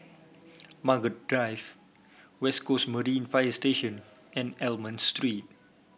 Margaret Drive West Coast Marine Fire Station and Almond Street